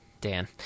Dan